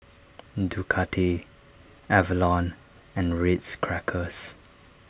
Ducati Avalon and Ritz Crackers